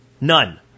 None